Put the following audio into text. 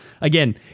again